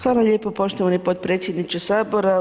Hvala lijepa poštovani potpredsjedniče sabora.